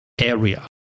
area